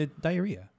Diarrhea